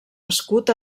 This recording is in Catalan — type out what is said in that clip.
escut